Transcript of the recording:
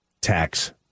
tax